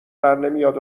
درنمیاد